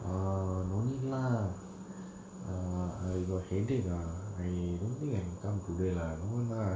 err no need lah err I got headache ah I don't think I can come today lah no lah